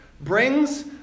brings